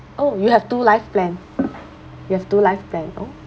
oh you have two life plan you have two life plan oh oh